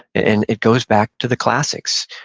and it goes back to the classics.